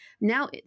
Now